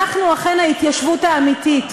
אנחנו אכן ההתיישבות האמיתית,